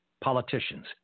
politicians